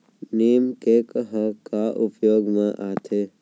नीम cake ह का उपयोग मा आथे?